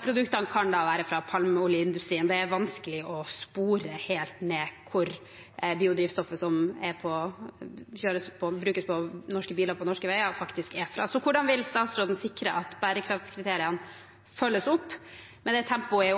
produktene kan være fra palmeoljeindustrien. Det er vanskelig å spore hvor biodrivstoffet som brukes i norske biler på norske veier, faktisk er fra. Hvordan vil statsråden sikre at bærekraftskriteriene følges opp med det tempoet i